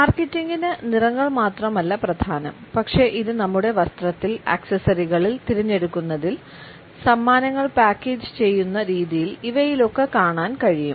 മാർക്കറ്റിംഗിന് നിറങ്ങൾ മാത്രമല്ല പ്രധാനം പക്ഷേ ഇത് നമ്മുടെ വസ്ത്രത്തിൽ ആക്സസറികൾ തിരഞ്ഞെടുക്കുന്നതിൽ സമ്മാനങ്ങൾ പാക്കേജുചെയ്യുന്ന രീതിയിൽ ഇവയിലൊക്കെ കാണാൻ കഴിയും